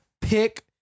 pick